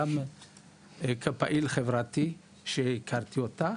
גם כפעיל חברתי כשהכרתי אותך,